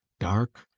dark,